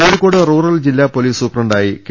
Kozhikode rural ജില്ലാ police സൂപ്രണ്ടായി K